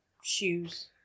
shoes